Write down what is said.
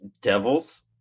Devils